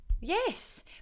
Yes